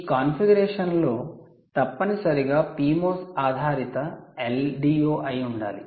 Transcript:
ఈ కన్ఫిగరేషన్ లో తప్పనిసరిగా PMOS ఆధారిత LDO అయి ఉండాలి